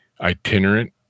itinerant